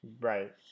right